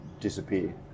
disappear